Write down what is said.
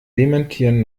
dementieren